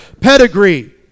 pedigree